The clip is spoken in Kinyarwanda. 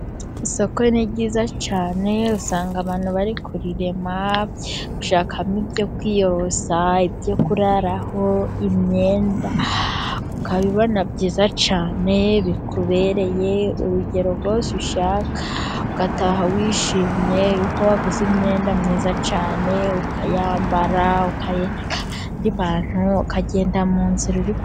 Isoko ni ryiza cyane. usanga abantu bari kurirema bari gushakamo ibyo kwiyorosa, ibyo kuraraho, imyenda, ukabibona byiza cyane bikubereye, urugero rwose ushaka, ugataha wishimye ko waguze imyenda myiza cyane, ukayambara, ukayereka abandi bantu, ukagenda mu nzira uri ku...